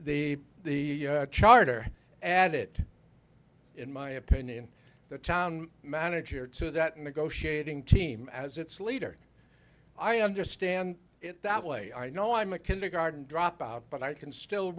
government the the charter add it in my opinion the town manager to that negotiating team as its leader i understand it that way i know i'm a kindergarten dropout but i can still